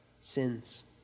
sins